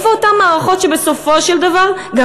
איפה אותן מערכות שבסופו של דבר גם